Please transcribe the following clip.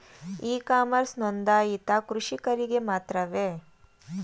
E commerce ನೊಂದಾಯಿತ ಕೃಷಿಕರಿಗೆ ಮಾತ್ರವೇ?